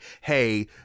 hey